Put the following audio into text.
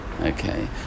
Okay